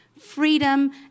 freedom